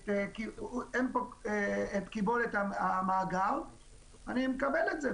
את קיבולת המאגר אני מקבל את זה,